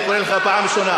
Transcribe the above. אני קורא לך פעם ראשונה.